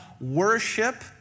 Worship